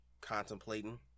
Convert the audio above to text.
contemplating